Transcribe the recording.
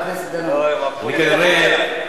חבר הכנסת דנון.